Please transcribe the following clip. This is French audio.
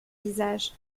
visage